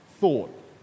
thought